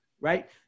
right